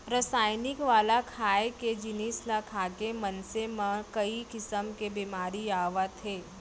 रसइनिक वाला खाए के जिनिस ल खाके मनखे म कइ किसम के बेमारी आवत हे